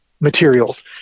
materials